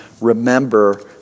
remember